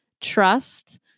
trust